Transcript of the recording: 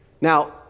Now